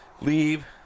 leave